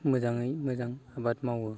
मोजाङै मोजां आबाद मावो